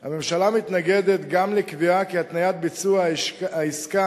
הממשלה מתנגדת גם לקביעה כי התניית ביצוע העסקה